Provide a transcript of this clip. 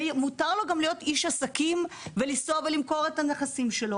מותר לו להיות איש עסקים ולנסוע ולמכור את נכסיו,